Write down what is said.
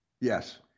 Yes